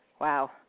Wow